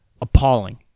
appalling